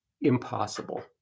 impossible